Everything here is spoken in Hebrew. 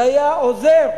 זה היה עוזר.